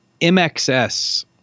MXS